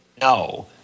No